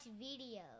videos